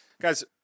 Guys